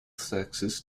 sexes